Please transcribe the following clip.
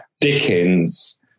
dickens